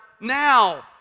now